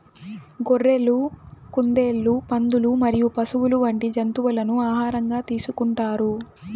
గొర్రెలు, కుందేళ్లు, పందులు మరియు పశువులు వంటి జంతువులను ఆహారంగా తీసుకుంటారు